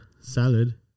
salad